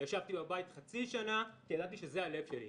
ישבתי בבית חצי שנה, כי ידעתי שזה הלב שלי.